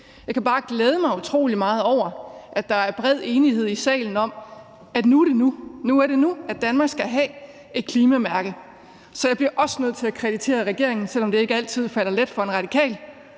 Jeg kan bare glæde mig utrolig meget over, at der er bred enighed i salen om, at nu er det nu, at Danmark skal have et klimamærke. Så jeg bliver også nødt til at kreditere regeringen, selv om det ikke altid er let for en radikal,